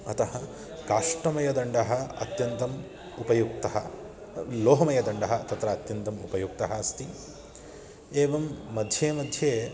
अतः काष्टमयदण्डः अत्यन्तम् उपयुक्तः लोहमयदण्डः तत्र अत्यन्तम् उपयुक्तः अस्ति एवं मध्ये मध्ये